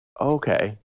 okay